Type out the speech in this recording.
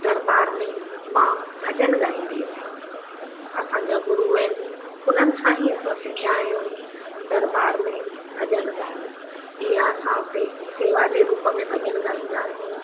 दरबार में मां भॼन गाईंदी आहियां असांजा गुरु आहिनि उन्हनि सां ई असां सिखिया आहियूं दरबार में भॼन ॻाइणु ईअं असां हुते शेवा जे रूप में भॼण गाईंदा आहियूं